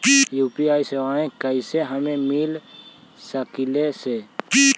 UPI सेवाएं कैसे हमें मिल सकले से?